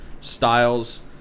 styles